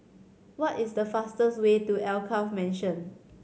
what is the fastest way to Alkaff Mansion